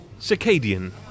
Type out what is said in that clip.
circadian